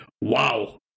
Wow